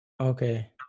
Okay